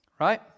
Right